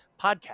podcast